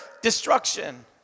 destruction